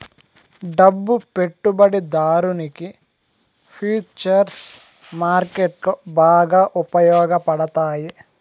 డబ్బు పెట్టుబడిదారునికి ఫుచర్స్ మార్కెట్లో బాగా ఉపయోగపడతాయి